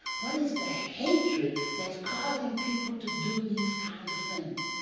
what is the hatred that's causing people to do these kinds of things?